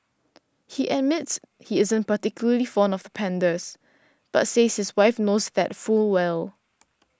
he admits he isn't particularly fond of pandas but says his wife knows that full well